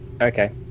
Okay